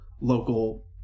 local